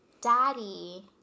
Daddy